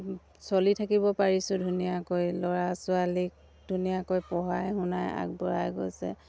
চলি থাকিব পাৰিছোঁ ধুনীয়াকৈ ল'ৰা ছোৱালীক ধুনীয়াকৈ পঢ়াই শুনাই আগবঢ়াই গৈছে